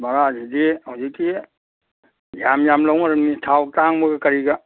ꯚꯔꯥꯁꯤꯗꯤ ꯍꯧꯖꯤꯛꯇꯤ ꯌꯥꯝ ꯌꯥꯝ ꯂꯧꯅꯔꯃꯤ ꯊꯥꯎ ꯇꯥꯡꯕꯒ ꯀꯔꯤꯒ